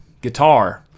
guitar